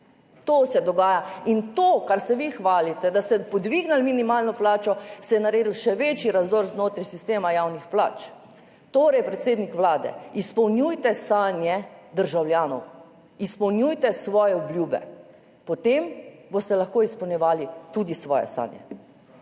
To se dogaja. In to, s čimer se vi hvalite, da ste dvignili minimalno plačo, je naredilo še večji razdor znotraj sistema javnih plač. Torej, predsednik Vlade, izpolnjujte sanje državljanov, izpolnjujte svoje obljube, potem boste lahko izpolnjevali tudi svoje sanje.